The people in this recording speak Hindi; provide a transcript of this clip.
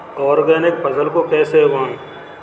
ऑर्गेनिक फसल को कैसे उगाएँ?